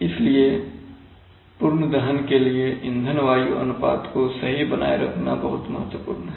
इसलिए पूर्ण दहन के लिए ईंधन वायु अनुपात को सही बनाए रखना बहुत महत्वपूर्ण है